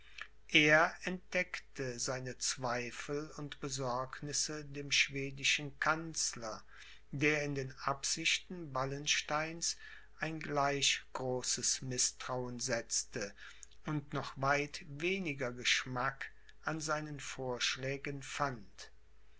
er entdeckte seine zweifel und besorgnisse dem schwedischen kanzler der in die absichten wallensteins ein gleich großes mißtrauen setzte und noch weit weniger geschmack an seinen vorschlägen fand